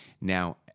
Now